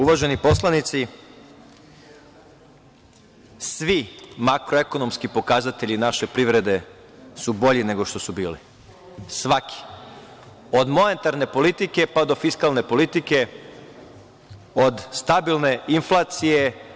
Uvaženi poslanici, svi makroekonomski pokazatelji naše privrede su bolji nego što su bili, svaki, od monetarne politike pa do fiskalne politike, od stabilne inflacije.